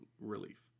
relief